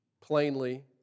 plainly